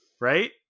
Right